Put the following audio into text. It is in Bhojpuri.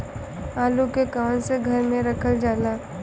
आलू के कवन से घर मे रखल जाला?